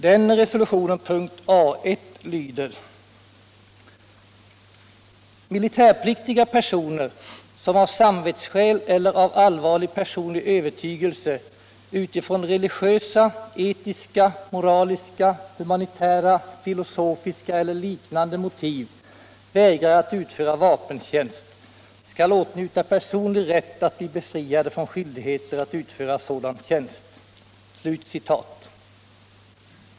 Den resolutionen, punkten A 1, lyder: Militärpliktiga personer som av samvetsskäl eller av allvarlig personlig övertygelse utifrån religiösa, etiska, moraliska, humanitära, filosofiska eller liknande motiv vägrar att utföra vapentjänst skall åtnjuta personlig rätt att bli befriade från skyldigheter att utföra sådan tjänst.